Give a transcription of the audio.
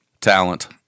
Talent